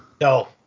No